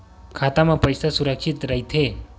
खाता मा पईसा सुरक्षित राइथे?